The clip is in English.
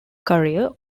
career